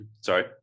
Sorry